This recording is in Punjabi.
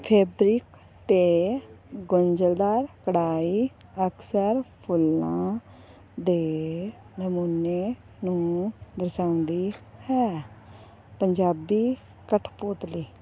ਫੈਬਰਿਕ ਅਤੇ ਗੁੰਝਲਦਾਰ ਕਢਾਈ ਅਕਸਰ ਫੁੱਲਾਂ ਦੇ ਨਮੂਨੇ ਨੂੰ ਦਰਸਾਉਂਦੀ ਹੈ ਪੰਜਾਬੀ ਕਠਪੁਤਲੀ